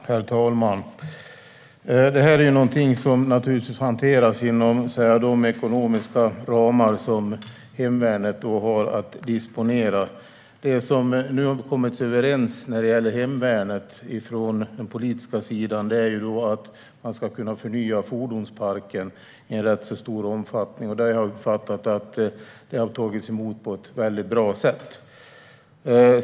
Herr talman! Detta är någonting som naturligtvis hanteras inom de ekonomiska ramar hemvärnet har att disponera. Det man från den politiska sidan nu har kommit överens om när det gäller hemvärnet är att fordonsparken ska kunna förnyas i rätt stor omfattning. Jag har uppfattat att det har tagits emot på ett väldigt bra sätt.